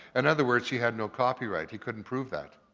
in other words, he had no copyright. he couldn't prove that.